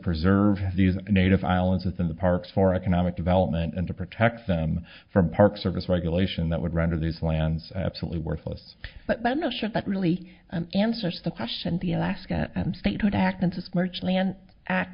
preserve these native islands in the parks for economic development and to protect them from park service regulation that would render these lands absolutely worthless but i'm not sure that really answers the question the alaska and statehood act